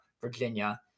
Virginia